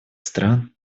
стран